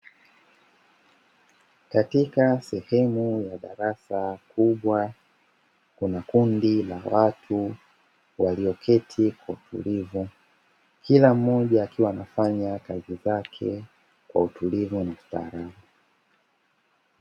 Katika sehemu ya darasa kubwa, kuna kundi la watu walioketi kwa utulivu, kila mmoja akiwa anafanya kazi zake kwa utulivu na furaha.